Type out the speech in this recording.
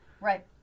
Right